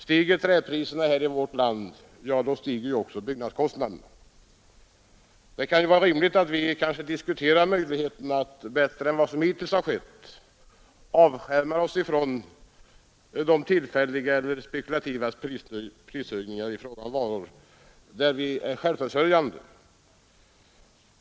Stiger trävarupriserna i vårt land, stiger också byggnadskostnaderna. Det kan ju vara rimligt att vi diskuterar möjligheten att bättre än vad som hittills har skett avskärma oss från tillfälliga eller spekulativa prishöjningar i fråga om varor där vi är självförsörjande.